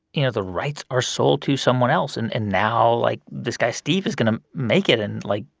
you know, the rights are sold to someone else, and and now, like, this guy, steve is going to make it and, like,